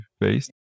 based